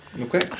Okay